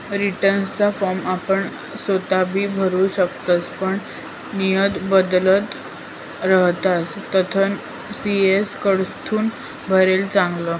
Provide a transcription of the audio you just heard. रीटर्नना फॉर्म आपण सोताबी भरु शकतस पण नियम बदलत रहातस तधय सी.ए कडथून भरेल चांगलं